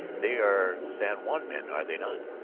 they are san juan men, are they not?